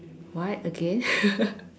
what again